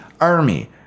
Army